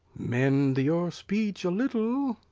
mend your speech a little,